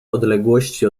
odległości